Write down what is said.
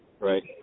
Right